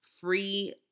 free